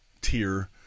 tier